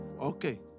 okay